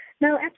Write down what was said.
No